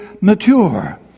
mature